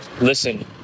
listen